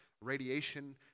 radiation